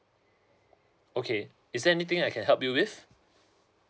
okay is there anything I can help you with